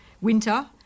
winter